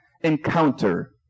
encounter